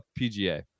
pga